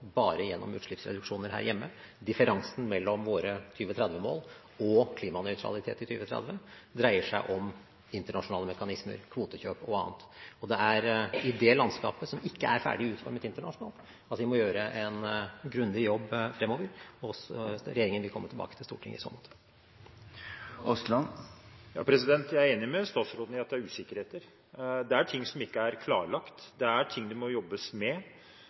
bare gjennom utslippsreduksjoner her hjemme. Differansen mellom våre 2030-mål og klimanøytralitet i 2030 dreier seg om internasjonale mekanismer, kvotekjøp og annet, og det er i det landskapet, som ikke er ferdig utformet internasjonalt, at vi må gjøre en grundig jobb fremover. Regjeringen vil komme tilbake til Stortinget i så måte. Jeg er enig med statsråden i at det er usikkerheter. Det er ting som ikke er klarlagt, det er ting det må jobbes med,